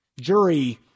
jury